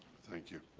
thank you.